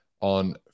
on